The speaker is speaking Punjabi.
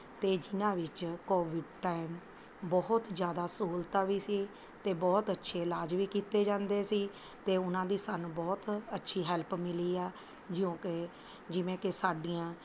ਅਤੇ ਜਿੰਨ੍ਹਾਂ ਵਿੱਚ ਕੋਵਿਡ ਟਾਈਮ ਬਹੁਤ ਜ਼ਿਆਦਾ ਸਹੂਲਤਾਂ ਵੀ ਸੀ ਅਤੇ ਬਹੁਤ ਅੱਛੇ ਇਲਾਜ਼ ਵੀ ਕੀਤੇ ਜਾਂਦੇ ਸੀ ਅਤੇ ਉਹਨਾਂ ਦੀ ਸਾਨੂੰ ਬਹੁਤ ਅੱਛੀ ਹੈਲਪ ਮਿਲੀ ਹੈ ਜਿਉਂ ਕਿ ਜਿਵੇਂ ਕਿ ਸਾਡੀਆਂ